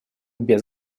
без